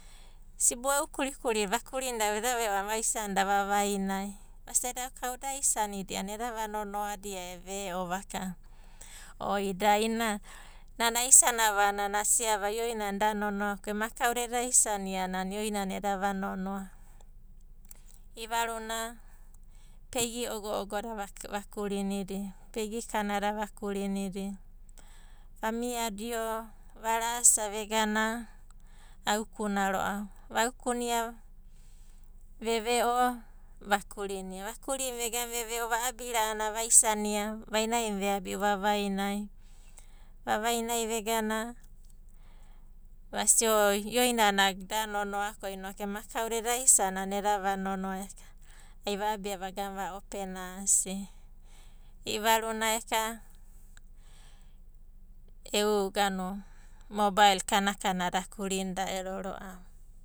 Sibo'u e'u kurikuri da vakurinida eda ve'o a'ana vaisanida vavaina, vaisa aida'u o kauda eda isanida a'ana eda va noada e ve'o vaka. O idai i'ina nana aisanava a'ana da nonoa akava ko ema kauda eda isania a'ana ioinana eda vanonoa. I'ivaruna peigi ogo ogo da va kurinidia, peigi kanada va kurinidia. Vamia dio varasa vegana aukuna ro'ava. Vaukunia veve'o vakurina vakurina vegana veve'o, vo'abi ra'ana vaisania vainai na veabi'u vavainai, vavainai vegana vasia o ioinana da nonoa ko kauda eda isana a'ana eda vanonoa. Ai va'abia vagana va'opena asi. I'ivaruna eka e'u e'u moabaei kana kana da akurinida ero ro'ava.